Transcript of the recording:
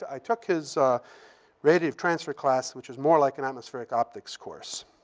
i took his radiative transfer class, which was more like an atmospheric optics course.